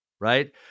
right